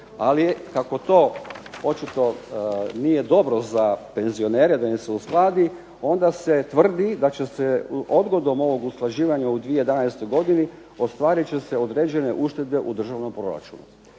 Ali kako to očito nije dobro za penzionere da im se uskladi onda se tvrdi da će se odgodom ovog usklađivanja u 2011. godini ostvarit će se određene uštede u državnom proračunu,